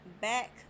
back